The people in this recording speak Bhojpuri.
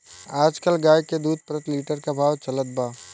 आज कल गाय के दूध प्रति लीटर का भाव चलत बा?